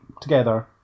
together